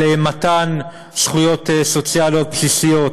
מתן זכויות סוציאליות בסיסיות,